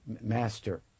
master